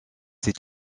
ses